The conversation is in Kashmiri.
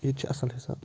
ییٚتہِ چھُ اصٕل حِساب